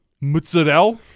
mozzarella